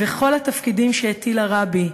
וכל התפקידים שהטיל הרבי,